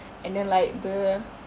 and then like the